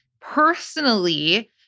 personally